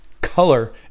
color